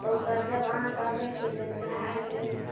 जब अहाँ कहबे केलियै तऽभय गेलै